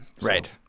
right